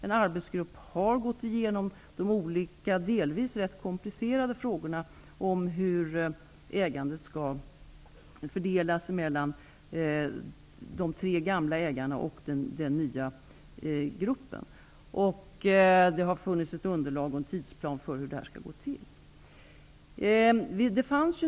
En arbetsgrupp har gått igenom de olika delvis rätt komplicerade frågorna om hur ägandet skall fördelas mellan de tre gamla ägarna och den nya gruppen. Det har funnits ett underlag för detta arbete, och en tidsplan har utarbetats för genomförandet.